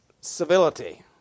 civility